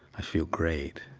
i feel great.